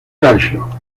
calcio